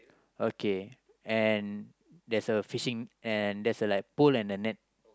okay and there's a fishing an there's a like pole and a net